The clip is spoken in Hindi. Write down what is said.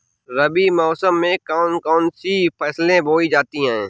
रबी मौसम में कौन कौन सी फसलें बोई जाती हैं?